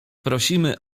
prosimy